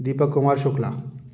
Deepak Kumar Shukla